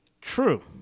true